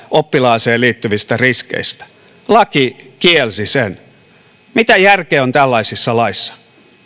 oppilaaseen liittyvistä riskeistä laki kielsi sen mitä järkeä on tällaisissa laeissa